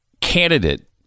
candidate